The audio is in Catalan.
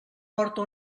porta